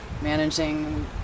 managing